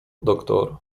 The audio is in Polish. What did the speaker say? doktor